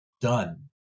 done